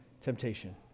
temptation